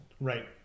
Right